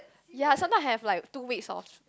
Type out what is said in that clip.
ya sometime have like two weeks of